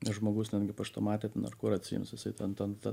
žmogus ten gi paštomate ten ar kur atsiims jisai ten ten tą